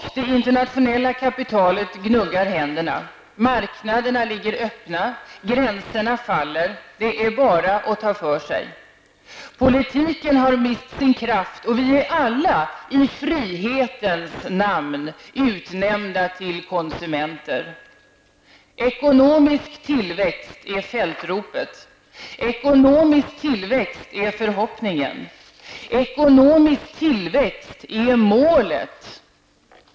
Det internationella kapitalet gnuggar händerna. Marknaderna ligger öppna. Gränserna faller. Det är bara att ta för sig. Politiken har mist sin kraft. Vi är alla i frihetens namn utnämnda till konsumenter. Ekonomisk tillväxt är fältropet. Ekonomisk tillväxt är förhoppningen. Ekonomisk tillväxt är målet.